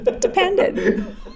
Depended